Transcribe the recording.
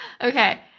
Okay